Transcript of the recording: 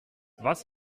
was